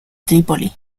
trípoli